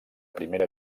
primera